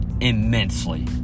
immensely